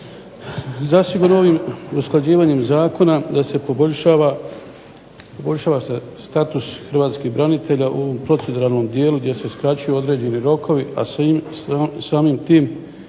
Zasigurno ovim usklađivanjem zakona da se poboljšava status hrvatskih branitelja u proceduralnom dijelu gdje se skraćuju određeni rokovi, a samim tim